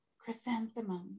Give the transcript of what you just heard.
Chrysanthemum